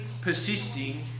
persisting